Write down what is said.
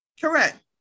Correct